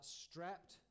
strapped